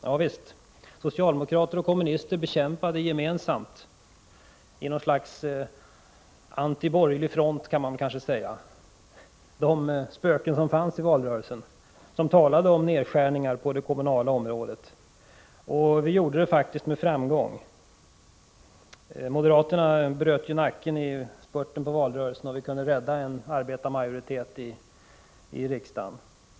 Ja visst, socialdemokrater och kommunister kämpade gemensamt i något slags antiborgerlig front, kan man kanske säga, mot de spöken som fanns i valrörelsen där det talades om nedskärningar på det kommunala området. Vi gjorde det faktiskt med framgång. Moderaterna bröt nacken i spurten av valrörelsen, och vi kunde rädda en arbetarmajoritet i riksdagen.